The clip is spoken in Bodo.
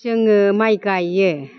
जोङो माइ गायो